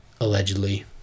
allegedly